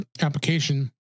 application